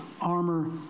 armor